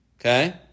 Okay